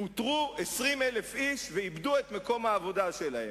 פוטרו 20,000 איש ואיבדו את מקום העבודה שלהם,